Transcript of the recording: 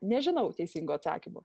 nežinau teisingo atsakymo